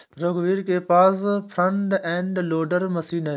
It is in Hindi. रघुवीर के पास फ्रंट एंड लोडर मशीन है